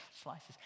slices